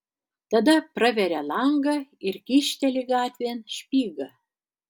tada praveria langą ir kyšteli gatvėn špygą